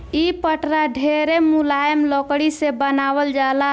इ पटरा ढेरे मुलायम लकड़ी से बनावल जाला